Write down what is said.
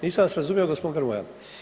Nisam vas razumio gospodine Grmoja.